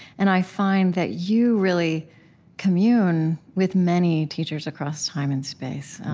and i find that you really commune with many teachers across time and space.